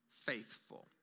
faithful